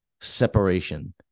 separation